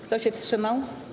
Kto się wstrzymał?